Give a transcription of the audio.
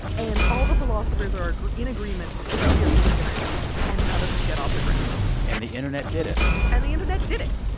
and all the philosophers are are in agreement. this would be a really good idea. and none of them get off the ground and the internet did it and the internet did it.